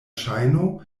ŝajno